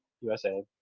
USA